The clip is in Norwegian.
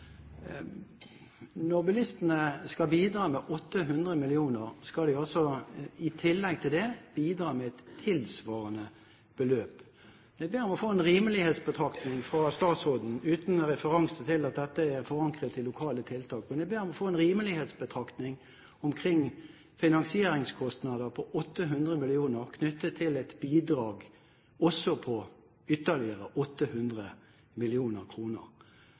Når bilistene skal bidra med 800 mill. kr, skal de altså i tillegg til det bidra med et tilsvarende beløp. Jeg ber om å få en rimelighetsbetraktning fra statsråden, uten en referanse til at dette er forankret i lokale tiltak. Men jeg ber om å få en rimelighetsbetraktning omkring finansieringskostnader på 800 mill. kr knyttet til et bidrag på ytterligere 800